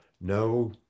no